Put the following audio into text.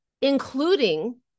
including